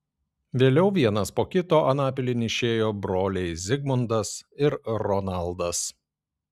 vėliau vienas po kito anapilin išėjo broliai zigmundas ir ronaldas